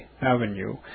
Avenue